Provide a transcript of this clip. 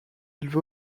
élevé